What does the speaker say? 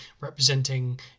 representing